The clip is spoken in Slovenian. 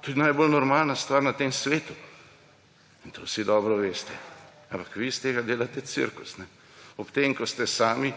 To je najbolj normalna stvar na tem svetu in to vsi dobro veste, ampak vi iz tega delate cirkus; ob tem, ko ste sami